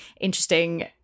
interesting